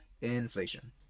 inflation